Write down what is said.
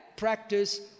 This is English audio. practice